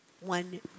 one